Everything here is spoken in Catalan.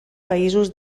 països